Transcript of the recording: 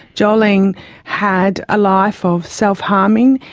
jolene had a life of self-harming,